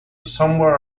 somewhere